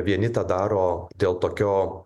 vieni tą daro dėl tokio